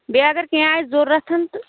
بیٚیہِ اگر کیٚنٛہہ آسہِ ضروٗرت تہٕ